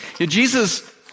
Jesus